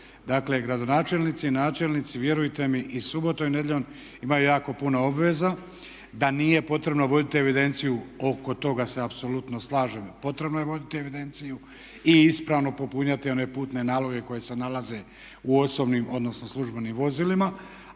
Dakle, gradonačelnici i načelnici vjerujte mi i subotom i nedjeljom imaju jako puno obveza. Da nije potrebno voditi evidenciju oko toga se apsolutno slažem potrebno je voditi evidenciju i ispravno popunjavati one putne naloge koji se nalaze u osobnim odnosno službenim vozilima.